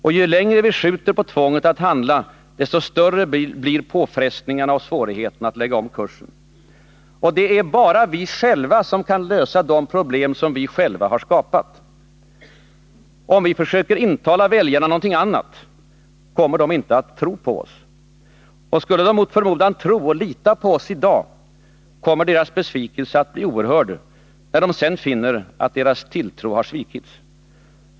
Och ju längre vi skjuter på tvånget att handla, desto större blir påfrestningarna och svårigheterna att lägga om kursen. Det är bara vi själva som kan lösa de problem vi själva skapat. Om vi försöker intala väljarna något annat, kommer de inte att tro på oss. Och skulle de mot förmodan tro och lita på oss i dag, kommer deras besvikelse att bli oerhörd, när de finner att deras tilltro svikits.